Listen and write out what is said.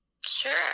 sure